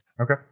Okay